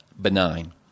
benign